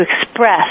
express